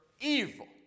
evil